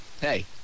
hey